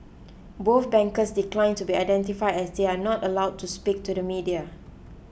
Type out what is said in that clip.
both bankers declined to be identified as they are not allowed to speak to the media